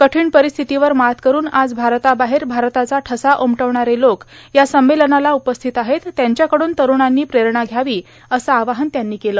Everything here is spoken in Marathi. कठांण पर्रस्थितीवर मात करून आज भारताबाहेर भारताचा ठसा उमटवणारे लोक या संमेलनाला उपस्थित आहेत त्यांचा कडून तरुणांनी प्रेरणा घ्यावी असं आवाहन त्यांनी केलं